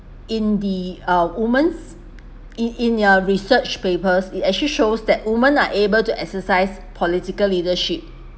in the uh women in in their research papers it actually shows that women are able to exercise political leadership